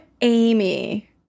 Amy